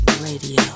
radio